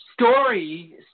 story